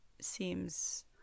seems